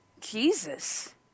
Jesus